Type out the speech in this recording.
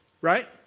right